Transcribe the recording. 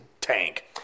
tank